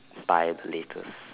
buy the latest